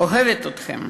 אוהבת אתכם,